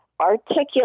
articulate